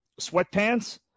sweatpants